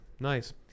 Nice